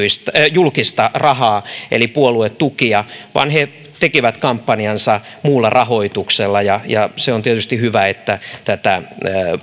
julkista rahaa eli puoluetukia vaan he tekivät kampanjansa muulla rahoituksella ja ja se on tietysti hyvä että tätä